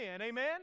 Amen